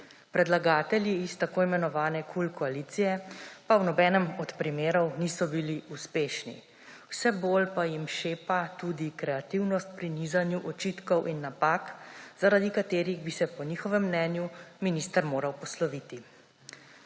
Predlagatelji iz tako imenovane KUL koalicije pa v nobenem od primerov niso bili uspešni. Vse bolj pa jim šepa tudi kreativnost pri nizanju očitkov in napak, zaradi katerih bi se po njihovem mnenju minister moral posloviti.